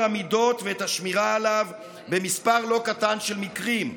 המידות ואת השמירה עליו במספר לא קטן של מקרים,